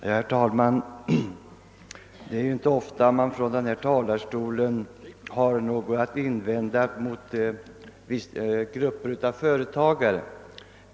Herr talman! Det är inte ofta man har anledning att från denna talarstol göra invändningar mot grupper av företagare.